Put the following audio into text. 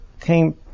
came